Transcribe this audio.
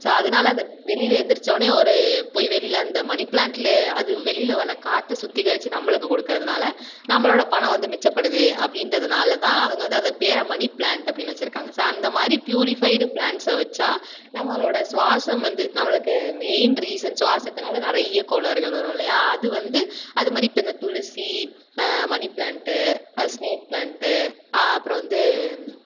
so அதனால அந்த வெளியில் எழுந்திரிச்ச வொடனேயே ஒரு போய் வெளியில் அந்த மணி ப்ளாண்ட்டில் அது வெளியில் வர காற்று சுத்திகரித்து நம்மளுக்கு கொடுக்கறதுனால நம்மளோடய பணம் வந்து மிச்சப்படுது அப்படின்றதுனால தான் அவங்க வந்து அது பேரை மணி ப்ளாண்ட் அப்படின்னு வெச்சிருக்காங்க ஸோ அந்த மாதிரி ப்யூரிஃபைடு ப்ளாண்ட்ஸை வெச்சா நம்மளோடய சுவாசம் வந்து நம்மளுக்கு மெயின் ரீசன்ஸ் சுவாசத்தினால நிறைய கோளாறுகள் வரும் இல்லையா அது வந்து அது மாதிரி இப்போ இந்த துளசி மணி ப்ளாண்ட்டு அது ஸ்னேக் ப்ளாண்ட்டு அப்புறம் வந்து